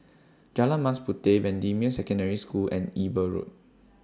Jalan Mas Puteh Bendemeer Secondary School and Eber Road